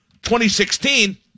2016